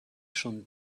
schon